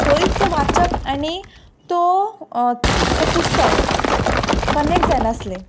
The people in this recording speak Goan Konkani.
खंयच वाचक आनी तो तें पुस्तक कनॅक्ट जाय नासलें